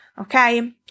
Okay